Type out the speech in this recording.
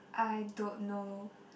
I don't know